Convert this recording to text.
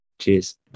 Cheers